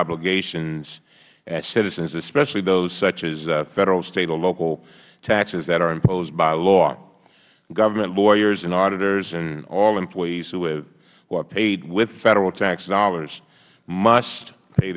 obligations as citizens especially those such as federal state and local taxes that are imposed by law government lawyers auditors and all employees who are paid with federal tax dollars must pay